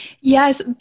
yes